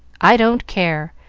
i don't care.